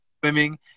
swimming